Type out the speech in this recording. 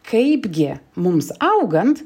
kaipgi mums augant